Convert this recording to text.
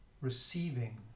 receiving